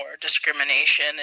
discrimination